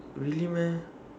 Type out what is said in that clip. really meh